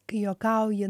kai juokauji